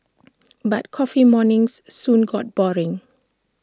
but coffee mornings soon got boring